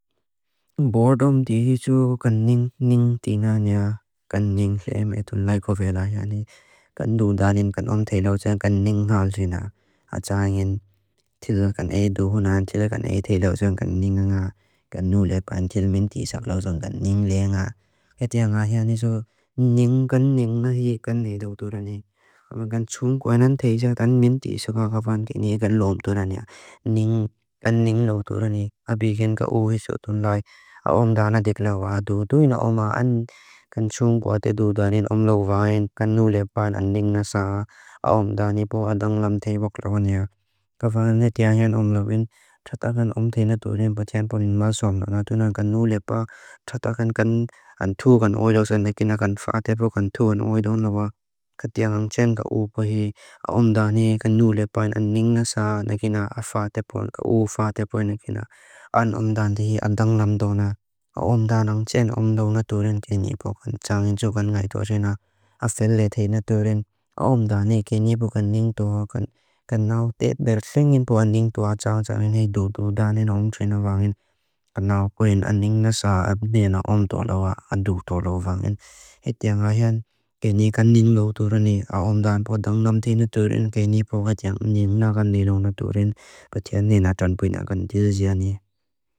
Bordom di hi su kanning ning tina niya, kanning hi eme tun laikovela hi ani, kan du danin kan om te lausang kanning ha lusina, ha tsa angin tila kan e du hunan, tila kan e te lausang kanning anga, kan nu lepan, tila men tisak lausang kanning le'a nga. Ke tia'a nga hia ni su ning kanning na hi kanning du tun laikovela, kan tun kwenan tisak dan men tisak ha kavan ke ni'a ka lom tun laikovela, ning kanning lu tun laikovela, ha biken ka u hi su tun laikovela, ha om danatik lau a du, tuina om a'an kan tun kwate du danin om lau va'in, kan nu lepan an ning ha tsa a om danipo adang lam te bok lau hunia. Kavan ne tia'a hia'n om lau'in, tata kan om te na durin, ba tia'an ponin ma son, na tunan kan nu lepan, tata kan kan an tu kan oidosan, na kina kan fatepo kan tu kan oido'n lau'a, ke tia'a nga'ng tia'n ka u bo'hi, ha om dani kan nu lepan, an ning ha tsa a na kina, ha fatepo, ka u fatepo na kina, an om daniti adang lam du na, ha om dan'ang tia'n om du na durin kenipo, kan tsa'angin du kan nga'i dua tina, ha fele te na durin, ha om dani kenipo kan ning dua, kan kan na'o te ber tlingin po an ning tua tsa'o tsa'awin hei du du danin om trina vangin, kan na'o kwen an ning na sa'a abdina'o om tua lau'a, ha du tua lau vangin, he tia'a nga'i hia'n keni kan ning lau durin ni, ha om danipo adang lam te na durin, kenipo ka tia'ang nin na kan ning lam na durin, ba tia'a nina tunpun'a kan tia'a zia'a ni.